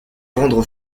rendre